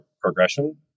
progression